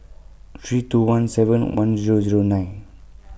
three two one seven one Zero Zero nine